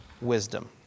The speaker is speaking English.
Wisdom